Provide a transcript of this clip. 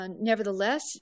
nevertheless